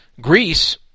Greece